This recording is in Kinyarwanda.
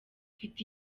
mfite